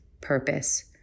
purpose